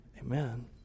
Amen